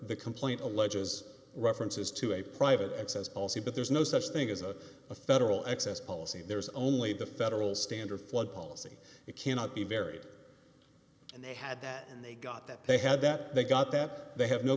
the complaint alleges references to a private access policy but there's no such thing as a a federal excess policy there is only the federal standard flood policy it cannot be very and they had that and they got that they had that they got that they have no